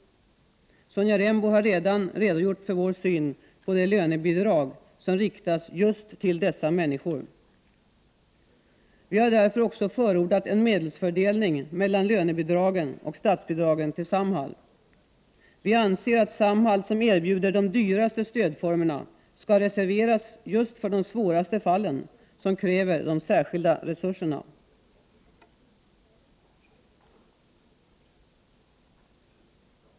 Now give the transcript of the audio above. Sonja Rembo har redan redogjort för vår syn på de lönebidrag som riktas just till dessa människor. Vi har därför också förordat en medelsfördelning mellan lönebidragen och statsbidragen till Samhall. Vi anser att Samhall, som erbjuder de dyraste stödformerna, skall reserveras just för de svåraste fallen, som kräver de särskilda resurserna.